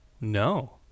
No